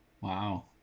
Wow